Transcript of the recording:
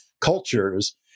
cultures